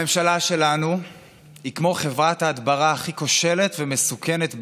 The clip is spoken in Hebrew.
הממשלה שלנו היא כמו חברת ההדברה הכי כושלת ומסוכנת בעולם.